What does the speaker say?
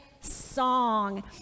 song